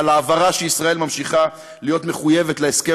על ההבהרה שישראל ממשיכה להיות מחויבת להסכם